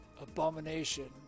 abomination